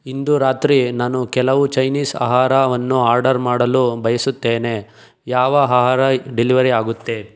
ಇಂದು ರಾತ್ರಿ ನಾನು ಕೆಲವು ಚೈನೀಸ್ ಆಹಾರಾವನ್ನು ಆರ್ಡರ್ ಮಾಡಲು ಬಯಸುತ್ತೇನೆ ಯಾವ ಆಹಾರ ಡೆಲಿವರಿ ಆಗುತ್ತೆ